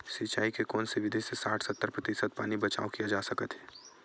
सिंचाई के कोन से विधि से साठ सत्तर प्रतिशत पानी बचाव किया जा सकत हे?